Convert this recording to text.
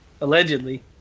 Allegedly